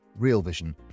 REALVISION